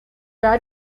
war